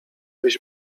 byś